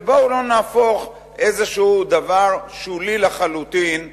ובואו לא נהפוך איזה דבר שולי לחלוטין למהות,